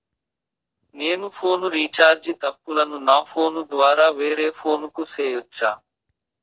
నేను phone recharge తప్పులను నా ఫోను ద్వారా వేరే ఫోను కు సేయొచ్చా?